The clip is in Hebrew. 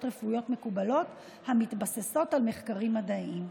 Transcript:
רפואיות מקובלות המתבססות על מחקרים מדעיים.